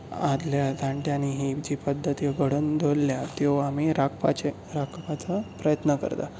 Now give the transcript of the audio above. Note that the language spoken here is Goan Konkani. आदल्या जाणट्यांनी ही ज्यो पद्दत्यो घडोवन दवरल्यात त्यो आमी राखपाचे राखपाचो प्रयत्न करतात